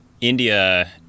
India